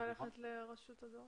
לא צריך ללכת לרשות הדואר?